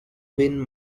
been